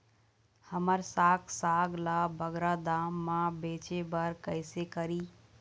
हमर साग साग ला बगरा दाम मा बेचे बर कइसे करी?